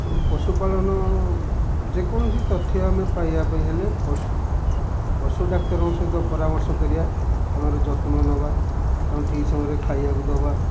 ପଶୁପାଳନ ଯେକୌଣସି ତଥ୍ୟ ଆମେ ପାଇବା ପାଇଁ ହେଲେ ପଶୁ ପଶୁ ଡାକ୍ତରଙ୍କ ସହିତ ପରାମର୍ଶ କରିବା ତାଙ୍କର ଯତ୍ନ ନବା ତାଙ୍କୁ ଠିକ ସମୟରେ ଖାଇବାକୁ ଦବା